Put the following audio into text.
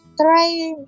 try